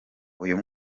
uyu